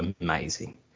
amazing